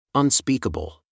unspeakable